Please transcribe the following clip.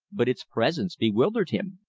but its presence bewildered him.